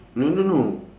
no no no